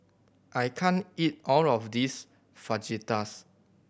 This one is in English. I can't eat all of this Fajitas